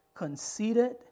conceited